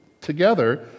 together